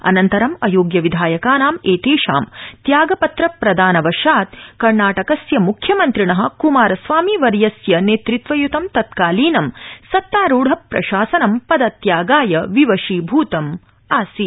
अनन्तरं अयोग्य विधायकानाम् एतेषां त्यागपत्र प्रदानवशात् कर्णाटकस्य म्ख्यमन्त्रिण क्मारस्वामीवर्यस्य नेतृत्वय्तं तत्कालीनं सत्तारूढ प्रशासनं पद त्यागाय विवशीभूतमासीत्